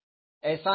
एसा नही है